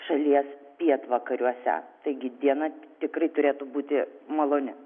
šalies pietvakariuose taigi diena tikrai turėtų būti maloni